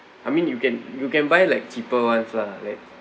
I mean you can you can buy like cheaper ones lah like